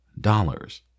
dollars